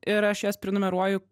ir aš jas prenumeruoju